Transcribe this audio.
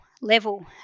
level